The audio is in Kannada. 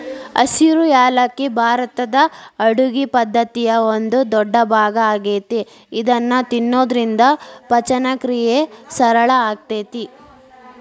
ಹಸಿರು ಯಾಲಕ್ಕಿ ಭಾರತದ ಅಡುಗಿ ಪದ್ದತಿಯ ಒಂದ ದೊಡ್ಡಭಾಗ ಆಗೇತಿ ಇದನ್ನ ತಿನ್ನೋದ್ರಿಂದ ಪಚನಕ್ರಿಯೆ ಸರಳ ಆಕ್ಕೆತಿ